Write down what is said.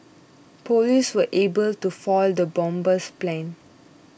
police were able to foil the bomber's plan